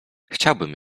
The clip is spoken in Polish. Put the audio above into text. chciałbym